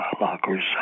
lockers